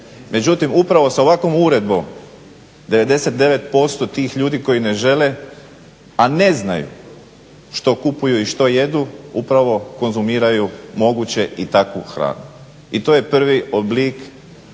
Međutim, upravo sa ovakvom uredbom 99% tih ljudi koji ne žele, a ne znaju što kupuju i što jedu upravo konzumiraju moguće i takvu hranu i to je prvi oblik uvođenja